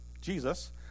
Jesus